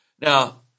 Now